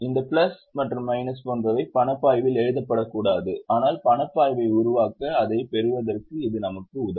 இந்த பிளஸ் மற்றும் மைனஸ் போன்றவை பணப்பாய்வில் எழுதப்படக்கூடாது ஆனால் பணப்பாய்வை உருவாக்க அதைப் பெறுவதற்கு இது நமக்கு உதவும்